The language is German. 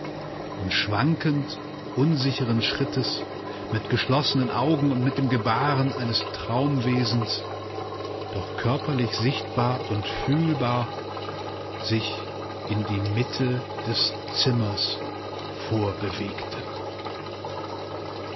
und schwankend unsicheren schrittes mit geschlossenen augen und mit dem gebaren eines traumwesens doch körperlich sichtbar und fühlbar sich in die mitte des zimmer vorbewegte